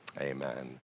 amen